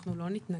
אנחנו לא נתנגד.